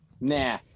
Nah